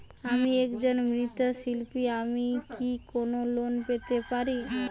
আমি একজন মৃৎ শিল্পী আমি কি কোন লোন পেতে পারি?